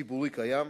ציבורי קיים,